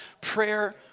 Prayer